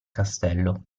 castello